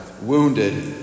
wounded